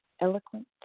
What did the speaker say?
eloquent